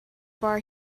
bar